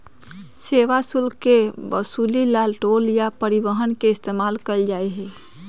सेवा शुल्क कर के वसूले ला टोल या परिवहन के इस्तेमाल कइल जाहई